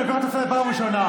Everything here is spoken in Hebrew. אני קורא אותך לסדר בפעם הראשונה.